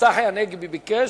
צחי הנגבי ביקש,